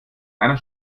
einer